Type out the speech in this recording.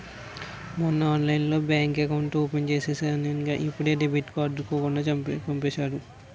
మొన్నే ఆన్లైన్లోనే bank account open చేసేసానని ఇప్పుడే డెబిట్ కార్డుకూడా పంపేసారు